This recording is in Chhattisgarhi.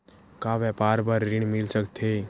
का व्यापार बर ऋण मिल सकथे?